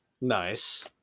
nice